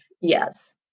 yes